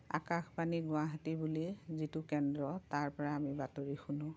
আকাশবাণী গুৱাহাটী বুলি যিটো কেন্দ্ৰ তাৰপৰা আমি বাতৰি শুনোঁ